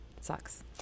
sucks